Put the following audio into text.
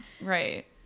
Right